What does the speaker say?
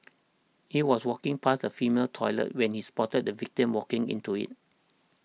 he was walking past a female toilet when he spotted the victim walking into it